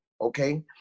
okay